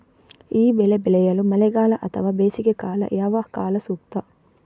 ಈ ಬೆಳೆ ಬೆಳೆಯಲು ಮಳೆಗಾಲ ಅಥವಾ ಬೇಸಿಗೆಕಾಲ ಯಾವ ಕಾಲ ಸೂಕ್ತ?